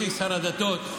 בהיותי שר הדתות,